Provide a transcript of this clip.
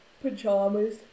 Pajamas